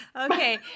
okay